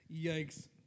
Yikes